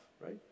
right